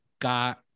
got